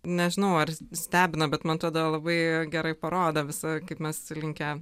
nežinau ar stebina bet man atrodo labai gerai parodo visa kaip mes linkę